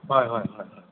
হয় হয় হয়